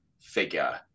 figure